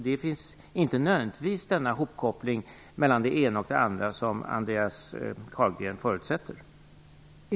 Den hopkoppling mellan det ena och det andra som Andreas Carlgren förutsätter finns alltså nödvändigtvis inte.